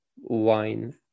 wine